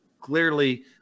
clearly